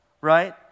right